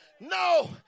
No